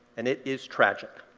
and it is tragic.